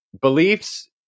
beliefs